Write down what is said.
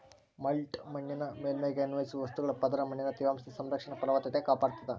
mulch ಮಣ್ಣಿನ ಮೇಲ್ಮೈಗೆ ಅನ್ವಯಿಸುವ ವಸ್ತುಗಳ ಪದರ ಮಣ್ಣಿನ ತೇವಾಂಶದ ಸಂರಕ್ಷಣೆ ಫಲವತ್ತತೆ ಕಾಪಾಡ್ತಾದ